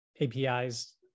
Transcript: APIs